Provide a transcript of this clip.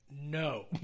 No